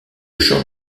chant